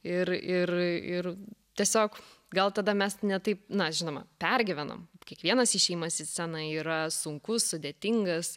ir ir ir tiesiog gal tada mes ne taip na žinoma pergyvenam kiekvienas išėjimas į sceną yra sunkus sudėtingas